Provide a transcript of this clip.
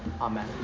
Amen